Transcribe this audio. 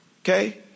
okay